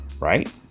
right